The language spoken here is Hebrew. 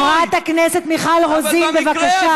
חברת הכנסת מיכל רוזין, בבקשה.